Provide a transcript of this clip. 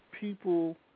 people